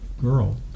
girl